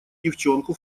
девчонку